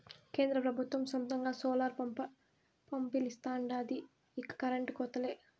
కేంద్ర పెబుత్వం సొంతంగా సోలార్ పంపిలిస్తాండాది ఇక కరెంటు కోతలే